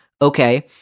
Okay